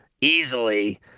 easily